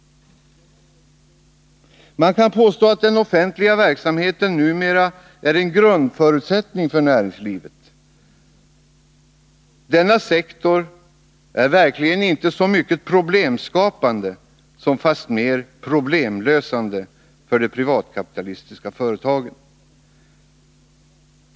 Man kan påstå att den offentliga verksamheten numera är en grundförutsättning för näringslivet. Denna sektor är verkligen inte så mycket problemskapande som fastmer problemlösande för de privatkapitalistiska företagen.